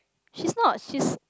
she is not she's